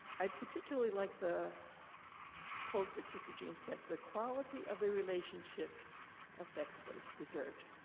i particularly like the quote that sister jean said, the quality of the relationships affects what is preserved.